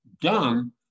done